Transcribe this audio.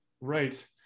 right